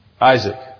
Isaac